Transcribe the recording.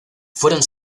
fueron